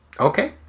Okay